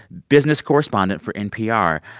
business correspondent for npr.